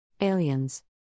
Aliens